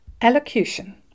Elocution